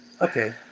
Okay